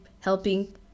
helping